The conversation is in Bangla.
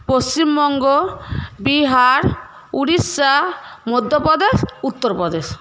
পশ্চিমবঙ্গ বিহার উড়িষ্যা মধ্যপ্রদেশ উত্তরপ্রদেশ